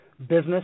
business